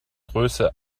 größe